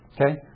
Okay